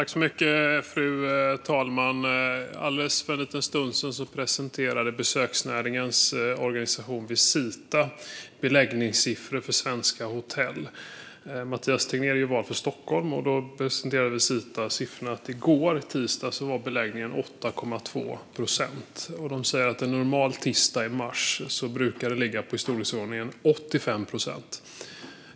Fru talman! För bara en liten stund sedan presenterade besöksnäringens organisation Visita beläggningssiffror för svenska hotell. Mathias Tegnér representerar ju Stockholm. Där presenterade Visita att beläggningen i går tisdag var 8,2 procent. En normal tisdag i mars brukar beläggningen vara i storleksordningen 85 procent.